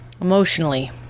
Emotionally